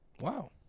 Wow